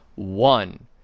One